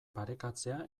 parekatzea